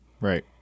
Right